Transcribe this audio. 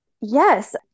Yes